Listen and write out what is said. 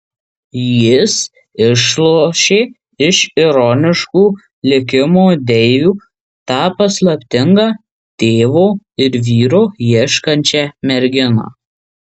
jis išlošė iš ironiškų likimo deivių tą paslaptingą tėvo ir vyro ieškančią merginą